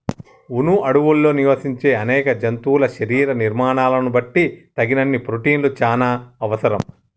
వును అడవుల్లో నివసించే అనేక జంతువుల శరీర నిర్మాణాలను బట్టి తగినన్ని ప్రోటిన్లు చానా అవసరం